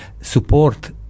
support